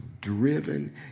driven